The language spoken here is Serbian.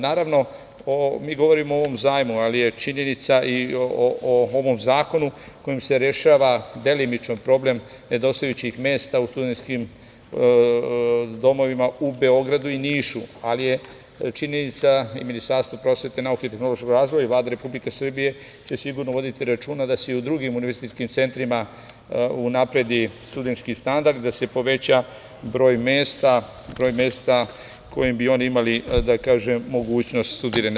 Naravno, mi govorimo o ovom zajmu, ali je činjenica i o ovom zakonu kojim se rešava delimično problem nedostajućih mesta u studentskim domovima u Beogradu i Nišu, ali je činjenica i Ministarstvo prosvete, nauke i tehnološkog razvoja i Vlade Republike Srbije će sigurno voditi računa da se i u drugim univerzitetskim centrima unapredi studentski standard, da se poveća broj mesta, broj mesta kojim bi oni imali mogućnost studiranja.